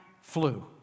flu